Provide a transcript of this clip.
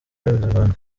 y’abanyarwanda